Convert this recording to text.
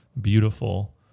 beautiful